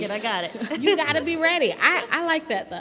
you know i got it you got to be ready. i like that, though.